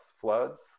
floods